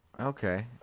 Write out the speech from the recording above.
Okay